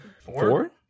four